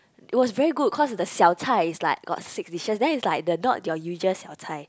it was very good cause the xiao-chai is like got six dishes then it's like the not your usual xiao-chai